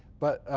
but